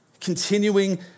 Continuing